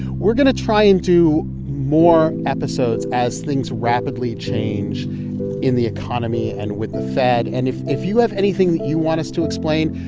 we're going to try and do more episodes as things rapidly change in the economy and with the fed. and if if you have anything that you want us to explain,